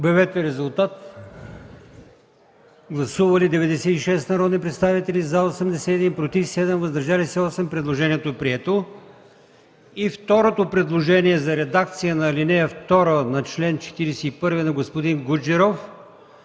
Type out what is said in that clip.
Моля, гласувайте. Гласували 96 народни представители: за 81, против 7, въздържали се 8. Предложението е прието. И второто предложение за редакция на ал. 2 на чл. 41 е на господин Гуджеров,